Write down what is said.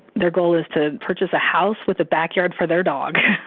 their goal is to purchase a house with a backyard for their dog.